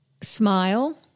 smile